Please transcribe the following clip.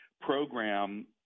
program